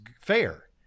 fair